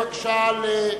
בבקשה,